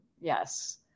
Yes